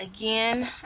again